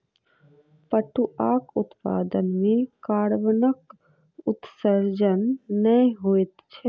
पटुआक उत्पादन मे कार्बनक उत्सर्जन नै होइत छै